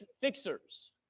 fixers